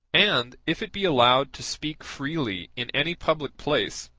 and if it be allowed to speak freely in any public place,